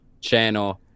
channel